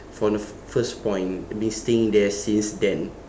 from the first point been staying there since then